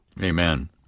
Amen